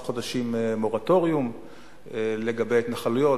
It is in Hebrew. חודשים מורטוריום לגבי ההתנחלויות,